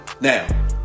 Now